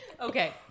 Okay